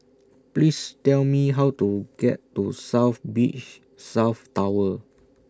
Please Tell Me How to get to South Beach South Tower